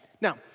Now